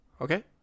Okay